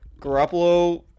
Garoppolo